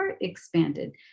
expanded